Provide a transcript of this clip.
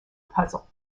puzzle